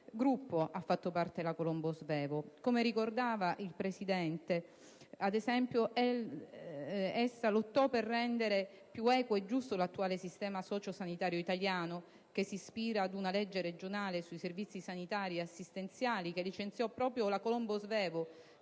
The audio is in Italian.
gruppo ha fatto parte la Colombo Svevo. Com'è stato ricordato dal Presidente, ad esempio, ella lottò per rendere più equo e giusto l'attuale sistema socio-sanitario italiano, che si ispira ad una legge regionale sui servizi sanitari ed assistenziali che proprio la Colombo Svevo